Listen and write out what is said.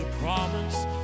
promise